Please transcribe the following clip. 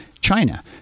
China